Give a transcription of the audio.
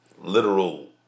literal